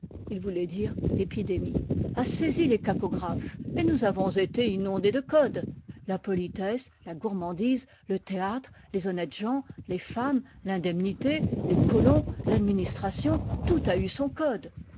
il voulait dire épidémie a saisi les cacographes et nous avons été inondés de codes la politesse la gourmandise le théâtre les honnêtes gens les femmes l'indemnité les colons l'administration tout a eu son code